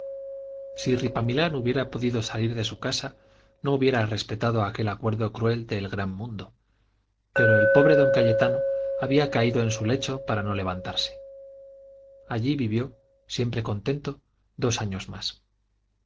si ripamilán hubiera podido salir de su casa no hubiera respetado aquel acuerdo cruel del gran mundo pero el pobre don cayetano había caído en su lecho para no levantarse allí vivió siempre contento dos años más